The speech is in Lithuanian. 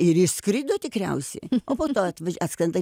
ir išskrido tikriausiai o po to atvaž atskrenta